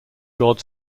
god